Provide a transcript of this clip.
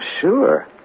Sure